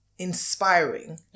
inspiring